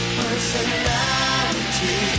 personality